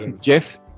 Jeff